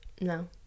No